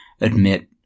admit